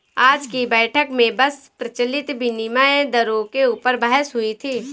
आज की बैठक में बस प्रचलित विनिमय दरों के ऊपर बहस हुई थी